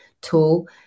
tool